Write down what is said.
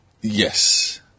Yes